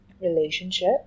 relationship